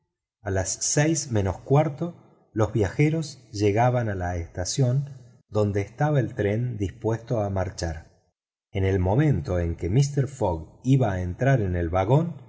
a las seis menos cuarto los viajeros llegaron a la estación donde estaba el tren dispuesto a marchar en el momento en que mister fogg iba a entrar en el vagón